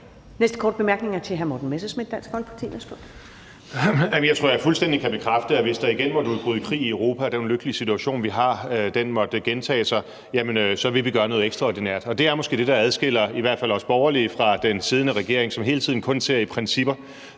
Værsgo. Kl. 13:14 Morten Messerschmidt (DF): Jeg tror, at jeg fuldstændig kan bekræfte, at hvis der igen måtte udbryde krig i Europa og den ulykkelige situation, vi har, måtte gentage sig, så vil vi gøre noget ekstraordinært, og det er måske det, der adskiller i hvert fald os borgerlige fra den siddende regering, som hele tiden kun ser i principper.